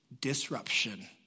disruption